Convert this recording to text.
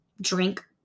drink